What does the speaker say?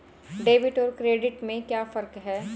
Debit और credit में क्या फर्क है?